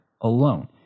alone